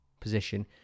position